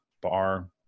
bar